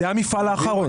אנחנו המפעל האחרון.